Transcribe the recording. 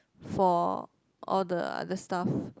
for all the other stuff